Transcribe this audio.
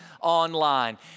online